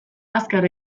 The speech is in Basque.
azkar